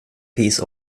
piece